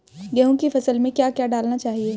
गेहूँ की फसल में क्या क्या डालना चाहिए?